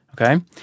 okay